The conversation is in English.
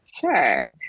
Sure